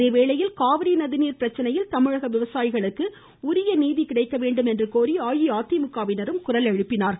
அதேவேளையில் காவிரி நதி நீர் பிரச்சனையில் தமிழக விவசாயிகளுக்கு உரிய நீதி கிடைக்க வேண்டும் என்று கோரி அஇஅதிமுகவினரும் குரல் எழுப்பினார்கள்